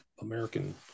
american